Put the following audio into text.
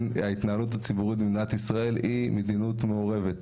ההתנהלות הציבורית במדינת ישראל היא מדיניות מעורבת.